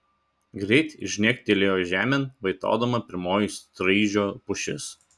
greit žnegtelėjo žemėn vaitodama pirmoji straižio pušis